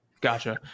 Gotcha